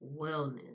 wellness